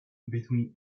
between